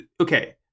okay